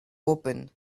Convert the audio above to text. open